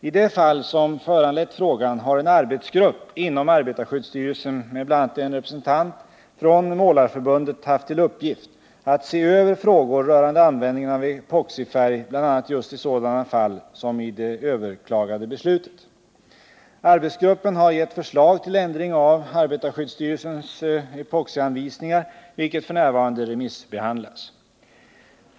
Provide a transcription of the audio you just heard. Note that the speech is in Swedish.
I det fall som föranlett frågan har en arbetsgrupp inom arbetarskyddsstyrelsen med bl.a. en representant för Målareförbundet haft till uppgift att se över frågor rörande användningen av epoxifärg bl.a. just i sådana fall som i det överklagade beslutet. Arbetsgruppen har gett förslag till ändring av arbetarskyddsstyrelsens epoxianvisningar, vilket f. n. remissbehandlas.